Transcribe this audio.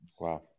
Wow